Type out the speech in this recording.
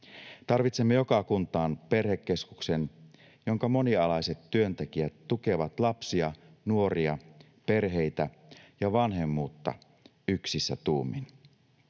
Tarvitsemme joka kuntaan perhekeskuksen, jonka monialaiset työntekijät tukevat lapsia, nuoria, perheitä ja vanhemmuutta yksissä tuumin.